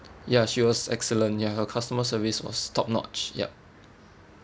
ya she was excellent ya her customer service was top notch yup